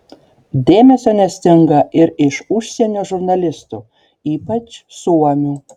dėmesio nestinga ir iš užsienio žurnalistų ypač suomių